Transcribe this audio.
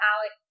Alex